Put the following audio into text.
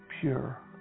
pure